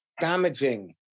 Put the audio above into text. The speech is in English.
damaging